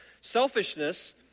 Selfishness